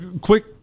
quick